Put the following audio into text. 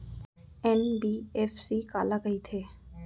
NBFC काला कहिथे?